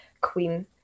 Queen